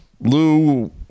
Lou